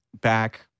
back